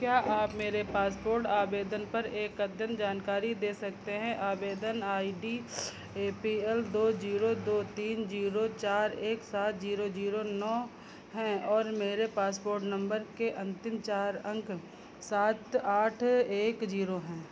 क्या आप मेरे पासपोर्ट आवेदन पर एक अद्यतन जानकारी दे सकते हैं आवेदन I D A P L दो जीरो दो तीन जीरो चार एक सात जीरो जीरो नौ हैं और मेरे पासपोर्ट नंबर के अंतिम चार अंक सात आठ एक जीरो हैं